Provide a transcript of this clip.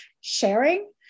sharing